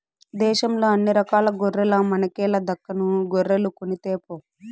దేశంల అన్ని రకాల గొర్రెల మనకేల దక్కను గొర్రెలు కొనితేపో